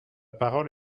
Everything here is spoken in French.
parole